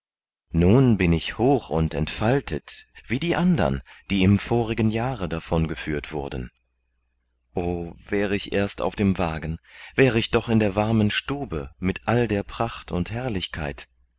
nun bin ich hoch und entfaltet wie die andern die im vorigen jahre davongeführt wurden o wäre ich erst auf dem wagen wäre ich doch in der warmen stube mit all der pracht und herrlichkeit